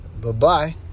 Bye-bye